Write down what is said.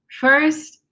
First